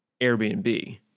Airbnb